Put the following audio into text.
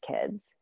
kids